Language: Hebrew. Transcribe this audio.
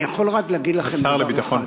אני יכול רק להגיד לכם דבר אחד,